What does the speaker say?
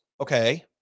Okay